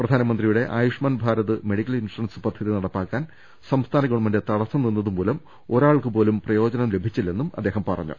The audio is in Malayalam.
പ്രധാനമന്ത്രിയുടെ Ayushman Bharat medical insurance പദ്ധതി നടപ്പാക്കാൻ സംസ്ഥാന ഗവൺമെന്റ് തടസ്സം നിന്നതുമൂലം ഒരാൾക്കുപോലും അതിന്റെ പ്രയോജനം ലഭിച്ചില്ലെന്ന് അദ്ദേഹം പറഞ്ഞു